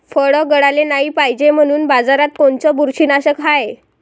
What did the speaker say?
फळं गळाले नाही पायजे म्हनून बाजारात कोनचं बुरशीनाशक हाय?